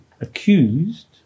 accused